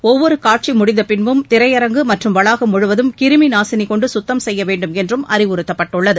ஒவ்வொரு காட்சி முடிந்த பின்பும் திரையரங்கு மற்றும் வளாகம் முழுவதும் கிருமி நாசினி கொண்டு சுத்தம் செய்ய வேண்டும் என்றும் அறிவுறுத்தப்பட்டுள்ளது